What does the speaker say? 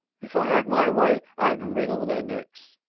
if i had my way i'd wring all their necks.